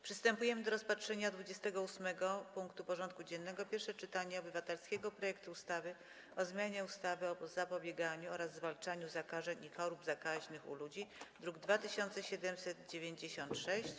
Przystępujemy do rozpatrzenia punktu 28. porządku dziennego: Pierwsze czytanie obywatelskiego projektu ustawy o zmianie ustawy o zapobieganiu oraz zwalczaniu zakażeń i chorób zakaźnych u ludzi (druk nr 2796)